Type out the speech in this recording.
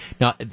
Now